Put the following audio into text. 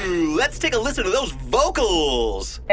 ooh, let's take a listen to those vocals